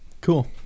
Cool